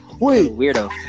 weirdo